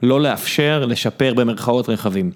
לא לאפשר לשפר במרכאות רכבים.